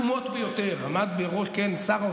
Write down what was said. "אל תרתח, אדון